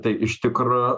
tai iš tikro